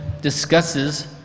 discusses